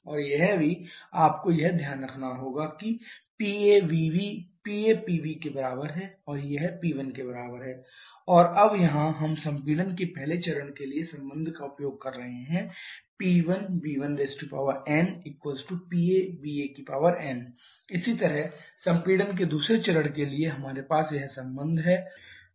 और यह भी आपको यह ध्यान रखना होगा कि PAPBP1 और अब यहाँ हम संपीड़न के पहले चरण के लिए संबंध का उपयोग कर रहे हैं P1v1nPAvAn इसी तरह संपीड़न के दूसरे चरण के लिए हमारे पास यह संबंध है